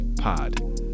Pod